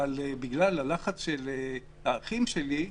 אבל בגלל הלחץ של האחים שלי,